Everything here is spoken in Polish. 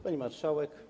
Pani Marszałek!